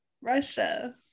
Russia